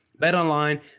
BetOnline